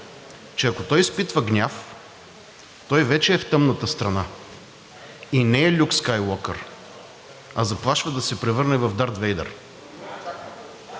че ако изпитва гняв, той вече е в тъмната страна и не е Люк Скайуокър, а заплашва да се превърне в Дарт Вейдър.